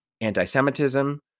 anti-Semitism